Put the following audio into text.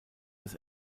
des